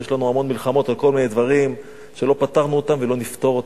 יש לנו פה הרבה מלחמות על כל מיני דברים שלא פתרנו אותם ולא נפתור אותם.